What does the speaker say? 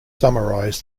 summarize